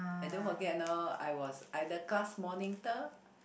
and don't forget you know I was I'm the class monitor